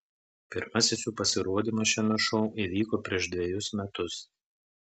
pirmasis jų pasirodymas šiame šou įvyko prieš dvejus metus